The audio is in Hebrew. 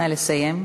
נא לסיים.